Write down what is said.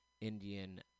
Indian